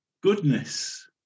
goodness